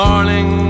Morning